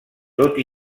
tot